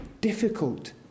difficult